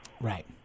Right